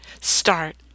start